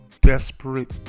desperate